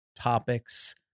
topics